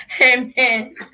Amen